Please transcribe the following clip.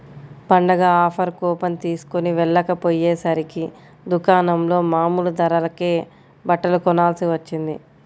పండగ offer coupon తీస్కొని వెళ్ళకపొయ్యేసరికి దుకాణంలో మామూలు ధరకే బట్టలు కొనాల్సి వచ్చింది